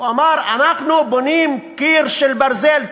הוא אמר: אנחנו בונים קיר של ברזל,